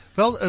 wel